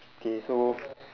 K so